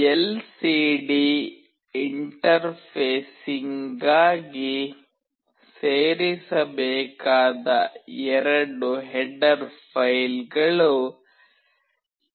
LCD ಇಂಟರ್ಫೇಸಿಂಗ್ಗಾಗಿ ಸೇರಿಸಬೇಕಾದ ಎರಡು ಹೆಡರ್ ಫೈಲ್ಗಳು TextLCD